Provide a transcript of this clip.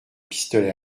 pistolet